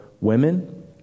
women